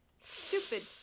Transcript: stupid